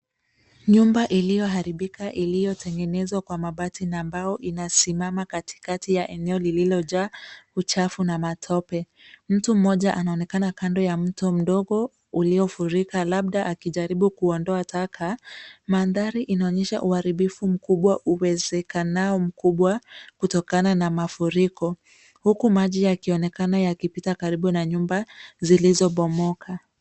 Nyumba iliyoharibika iliyotengenezwa kwa mabati na mbao inasimama katikati ya eneo lililojaa uchafu na matope. Mtu mmoja anaonekana kando ya mto mdogo uliofurika, labda akijaribu kuondoa taka. Mandhari inaonyesha uharibifu mkubwa uwezekanao mkubwa, kutokana na mafuriko, huku maji yakionekana yakipita karibu na nyumba zilizobomoka.